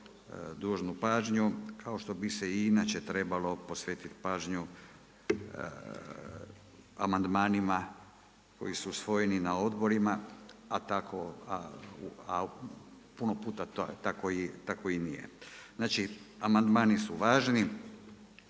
dužnu pažnju kao što bi se i inače trebalo posvetiti pažnju amandmanima koji su usvojeni na odborima a puno puta tako i nije. Znači, amandmani su važni,